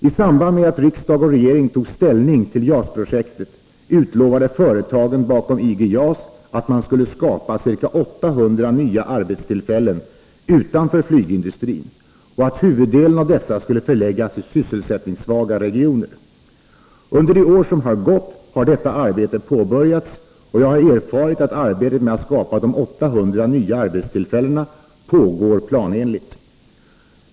I samband med att riksdag och regering tog ställning till JAS-projektet utlovade företagen bakom IG JAS att man skulle skapa ca 800 nya arbetstillfällen utanför flygindustrin och att huvuddelen av dessa skulle förläggas i sysselsättningssvaga regioner. Under det år som gått har detta arbete påbörjats, och jag har erfarit att arbetet med att skapa de 800 nya arbetstillfällena pågår planenligt.